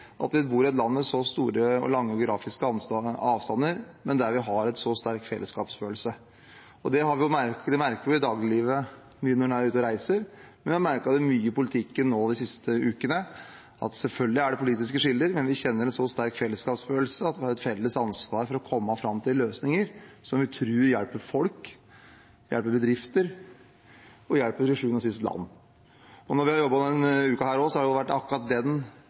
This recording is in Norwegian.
at vi føler et stort ansvar. Jeg føler meg også heldig fordi vi bor i et land med så store geografiske avstander, og fordi vi har en så sterk fellesskapsfølelse. Det merker en i dagliglivet når en er ute og reiser, og vi har merket det mye i politikken nå de siste ukene. Selvfølgelig er det politiske skiller, men vi kjenner en sterk fellesskapsfølelse, vi har et felles ansvar for å komme fram til løsninger som vi tror hjelper folk, bedrifter og til sjuende og sist landet. Når vi har jobbet denne uken, har det vært akkurat det alvoret, men også fellesskapsfølelsen, som har vært det bærende. Jeg vil begynne med den